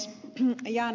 jaan ed